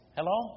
Hello